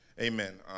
Amen